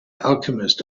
alchemist